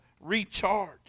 recharge